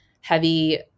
heavy